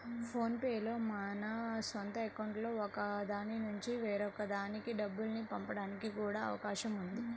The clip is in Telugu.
ఫోన్ పే లో మన సొంత అకౌంట్లలో ఒక దాని నుంచి మరొక దానికి డబ్బుల్ని పంపడానికి కూడా అవకాశం ఉన్నది